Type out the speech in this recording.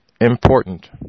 important